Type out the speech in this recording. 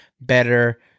better